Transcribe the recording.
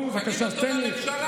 תגיד אותו לממשלה.